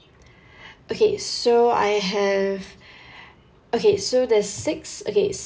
okay so I have okay so there's six okay